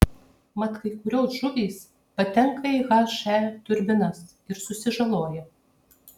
mat kai kurios žuvys patenka į he turbinas ir susižaloja